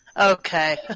Okay